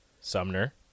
Sumner